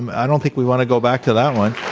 i don't think we want to go back to that one.